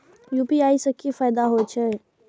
UPI से की फायदा हो छे?